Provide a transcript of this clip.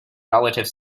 relative